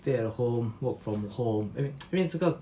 stay at home work from home eh 因为这个